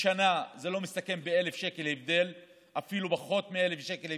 בשנה זה לא מסתכם בהבדל של 1,000 שקל,